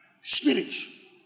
Spirits